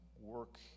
work